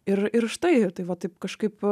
ir ir štai tai va taip kažkaip